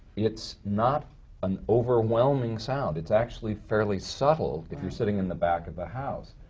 it's not an overwhelming sound. it's actually fairly subtle, if you're sitting in the back of the house.